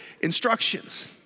instructions